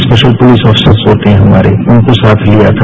special police officer होते हैं हमने उनको साथ लिया था